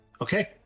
Okay